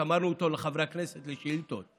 שמרנו אותו לחברי הכנסת לשאילתות.